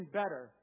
better